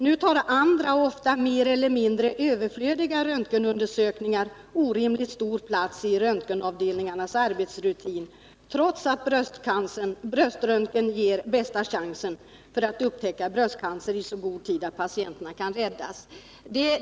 Nu tar andra och ofta mer eller mindre överflödiga röntgenundersökningar orimligt stor plats i röntgenavdelningarnas arbetsrutin, trots att bröströntgen ger bästa chansen att upptäcka bröstcancer i så god tid att patienten kan räddas.